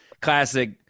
classic